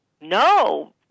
No